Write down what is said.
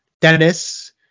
Dennis